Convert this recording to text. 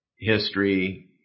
history